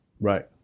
Right